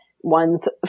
ones